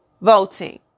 voting